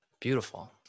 Beautiful